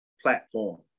platform